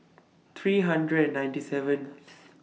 three hundred and ninety seventh